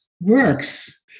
works